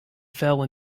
fell